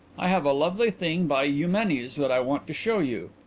i have a lovely thing by eumenes that i want to show you.